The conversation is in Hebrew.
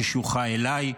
ששויכה אליי,